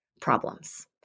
problems